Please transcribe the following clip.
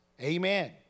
Amen